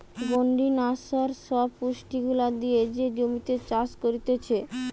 conditioner সব পুষ্টি গুলা দিয়ে যে জমিতে চাষ করতিছে